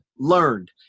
learned